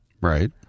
Right